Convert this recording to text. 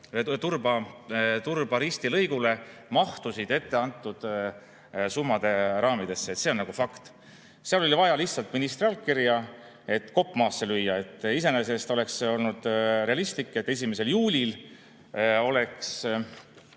Turba–Risti lõigule, mahtusid etteantud summade raamidesse, see on fakt. Seal oli vaja lihtsalt ministri allkirja, et kopp maasse lüüa. Iseenesest oleks olnud realistlik, et 1. juulil oleks